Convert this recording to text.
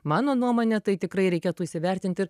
mano nuomone tai tikrai reikėtų įsivertint ir